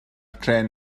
trên